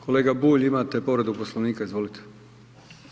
Kolega Bulj imate povredu Poslovnika, izvolite.